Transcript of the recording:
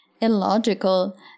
illogical